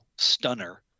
stunner